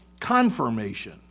confirmation